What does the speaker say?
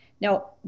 Now